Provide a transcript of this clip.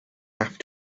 have